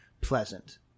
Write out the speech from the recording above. Pleasant